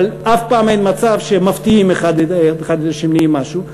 אבל אף פעם אין מצב שמפתיעים האחד את השני עם משהו.